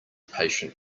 patient